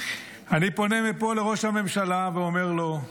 אני פונה מפה לראש הממשלה ואומר לו: